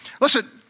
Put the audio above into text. Listen